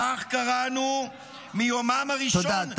כך קראנו מיומם הראשון, תודה.